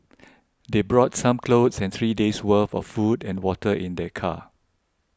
they brought some clothes and three days' worth of food and water in their car